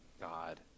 God